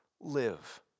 live